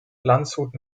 landshut